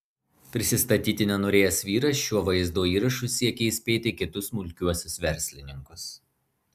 prisistatyti nenorėjęs vyras šiuo vaizdo įrašu siekia įspėti kitus smulkiuosius verslininkus